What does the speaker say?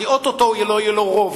כי או-טו-טו לא יהיה לו רוב,